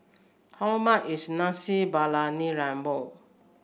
how much is Nasi Briyani Lembu